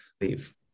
leave